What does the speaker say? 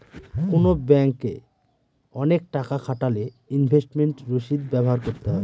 কোনো ব্যাঙ্কে অনেক টাকা খাটালে ইনভেস্টমেন্ট রসিদ ব্যবহার করতে হয়